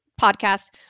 podcast